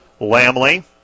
Lamley